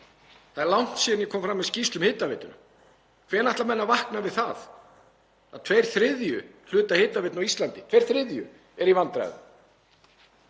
Það er langt síðan ég kom fram með skýrslu um hitaveituna. Hvenær ætla menn að vakna við það að tveir þriðju hlutar hitaveitna á Íslandi, tveir þriðju, eru í vandræðum?